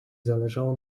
zależało